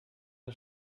der